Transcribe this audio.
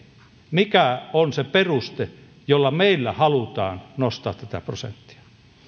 mikä on se peruste jolla meillä halutaan nostaa tätä prosenttia